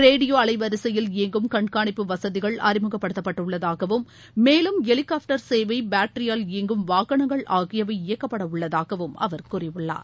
radio அலைவரிசையில் இயங்கும் கண்காணிப்பு வசதிகள் அறிமுகப்படுத்தப்பட்டுள்ளதாகவும் மேலும் ஹெலிகாப்டர் சேவை பேட்டரியால் இயங்கும் வாகனங்கள் ஆகியவை இயக்கப்படவுள்ளதாகவும் அவர் கூறியுள்ளார்